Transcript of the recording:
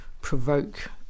provoke